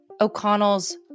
O'Connell's